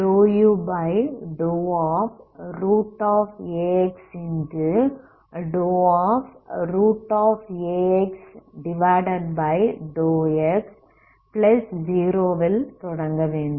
∂∂x0 ல் தொடங்கவேண்டும்